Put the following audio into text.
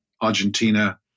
Argentina